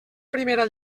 primera